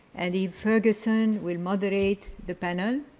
and eve ferguson will moderate the panel.